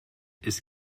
ist